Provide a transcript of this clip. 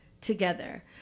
together